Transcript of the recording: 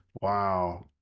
Wow